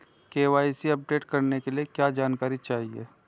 KYC update करने के लिए क्या जानकारी चाहिए?